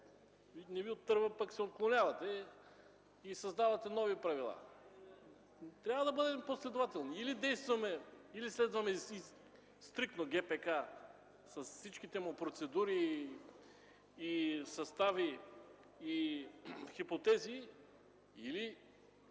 не Ви отърва, пък се отклонявате и създавате нови правила. Трябва да бъдем последователни – или следваме стриктно ГПК с всичките му процедури, състави и хипотези, или